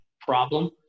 problem